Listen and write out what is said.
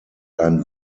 ein